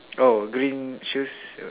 oh green shoes